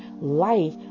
life